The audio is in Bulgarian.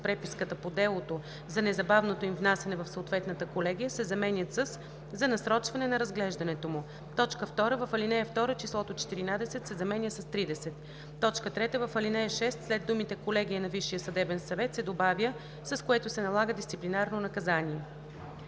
преписката по делото за незабавното им внасяне в съответната колегия“ се заменят със „за насрочване на разглеждането му.“ 2. В ал. 2 числото „14“ се заменя с „30“. 3. В ал. 6 след думите „колегия на Висшия съдебен съвет“ се добавя „с което се налага дисциплинарно наказание“.“